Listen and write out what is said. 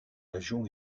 région